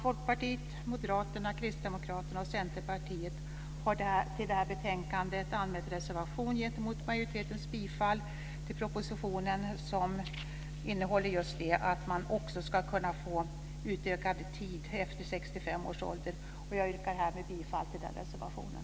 Folkpartiet, Moderaterna, Kristdemokraterna och Centerpartiet har i det här betänkandet en reservation gentemot majoritetens bifall till propositionen, som handlar just om att man också ska kunna få utökad tid efter 65 års ålder. Jag yrkar härmed bifall till den reservationen.